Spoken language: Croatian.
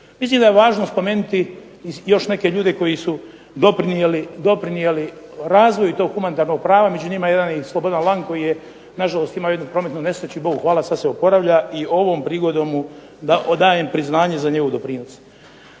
Mislim da je važno spomenuti još neke ljude koji su doprinijeli razvoju toga humanitarnog prava. Među njima je jedan Slobodan Lang koji je nažalost koji je imao jednu prometnu nesreću, Bogu hvala sada se oporavlja i ovom prigodom mu odajem priznanje za njegov doprinos.